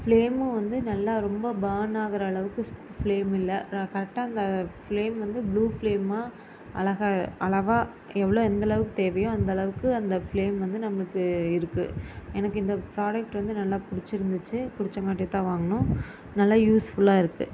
ஃப்லேமும் வந்து நல்லா ரொம்ப பர்ன் ஆகுற அளவுக்கு ஃபிலேம் இல்லை கரெக்டாக அந்த ஃபிலேம் வந்து ப்ளூ ஃபிலேமாக அழகாக அளவா எவ்ளோ எந்தளவுக்கு தேவையோ அந்தளவுக்கு அந்த ஃபிலேம் வந்து நம்மளுக்கு இருக்குது எனக்கு இந்த ப்ராடெக்ட் வந்து நல்லா பிடிச்சிருந்துச்சி பிடிச்சங்காட்டி தான் வாங்குனோம் நல்லா யூஸ்ஃபுல்லாக இருக்குது